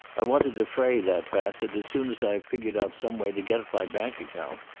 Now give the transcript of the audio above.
i want to defray that, bassett, as soon as i've figured out some way to get at my bank account.